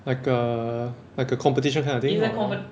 like a like a competition kind of thing or